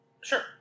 Sure